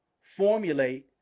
formulate